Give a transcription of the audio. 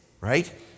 right